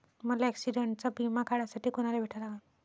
मले ॲक्सिडंटचा बिमा काढासाठी कुनाले भेटा लागन?